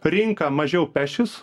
rinka mažiau pešis